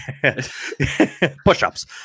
Push-ups